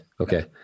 okay